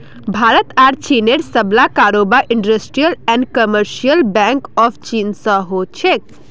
भारत आर चीनेर सबला कारोबार industrial and commercial bank of चीन स हो छेक